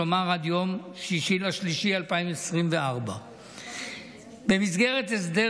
כלומר עד יום 6 במרץ 2024. במסגרת הסדר